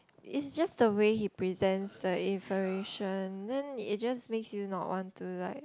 is just the way he presents the information then it just makes you not want to like